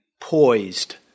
poised